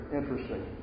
interesting